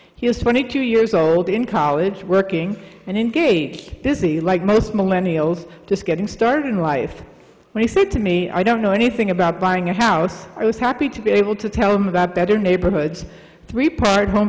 he was twenty two years old in college working and engaged busy like most millennia was just getting started in life when he said to me i don't know anything about buying a house i was happy to be able to tell him about that in neighborhoods three part home